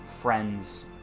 friends